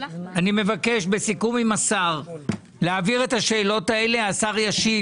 אני מבקש בסיכום עם השר להעביר את השאלות האלה והשר ישיב עליהן,